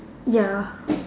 ya